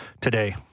today